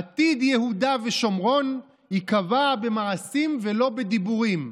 עתיד יהודה ושומרון ייקבע במעשים ולא בדיבורים".